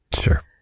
Sure